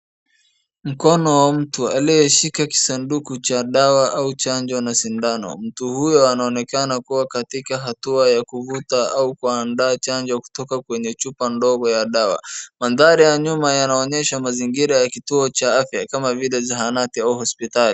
Mkono wa mtu aliyeshika kisanduku cha dawa au chanjo na sindano. Mtu huyo anaonekana kuwa katika hatua ya kuvuta au kuandaa chanjo kutoka kwenye chupa ndogo ya dawa. Mandhari ya nyuma yanaonyeshamazingira ya kituo cha afya kama zahanati au hospitali.